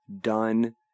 done